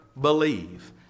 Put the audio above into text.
believe